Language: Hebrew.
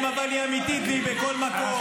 -- אבל היא אמיתית והיא בכל מקום.